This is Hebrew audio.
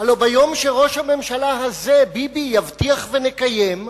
הלוא ביום שראש הממשלה הזה, ביבי, יבטיח ויקיים,